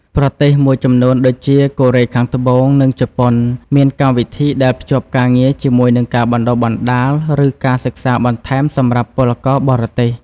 ប្រទេសមួយចំនួនដូចជា កូរ៉េខាងត្បូង និងជប៉ុន មានកម្មវិធីដែលភ្ជាប់ការងារជាមួយនឹងការបណ្ដុះបណ្ដាល ឬការសិក្សាបន្ថែមសម្រាប់ពលករបរទេស។